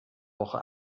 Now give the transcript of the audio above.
woche